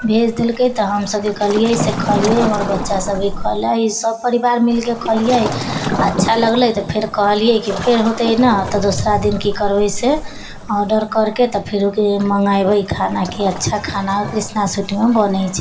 भेज देलकै तऽ हमसब की कलिऐ से खलिऐ हमर बच्चा सब भी खलै सब परिवार मिलके खलिऐ अच्छा लगलै तऽ कहलिऐ फेर होतै नऽ तऽ दोसरा दिन की करबै से ऑर्डर करके तऽ फेर ओकरे मँगेबै खाना कि अच्छा खाना कृष्णा शूट मे बनै छै